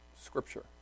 Scripture